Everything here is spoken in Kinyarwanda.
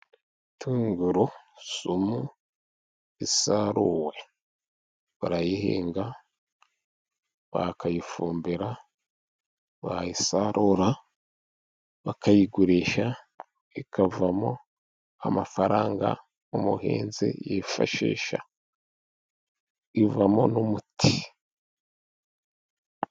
Tungurusumu isaruwe barayihinga bakayifumbira bayisarura bakayigurisha, ikavamo amafaranga umuhinzi yifashisha ivamo n'umuti.